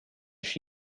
sheep